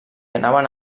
anaven